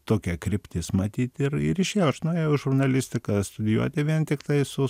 tokia kryptis matyt ir ir išėjo aš nuėjau į žurnalistiką studijuoti vien tiktai su